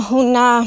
una